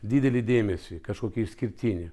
didelį dėmesį kažkokį išskirtinį